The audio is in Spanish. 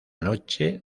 noche